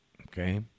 Okay